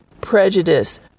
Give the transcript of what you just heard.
prejudice